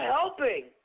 helping